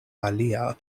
alia